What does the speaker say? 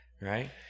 right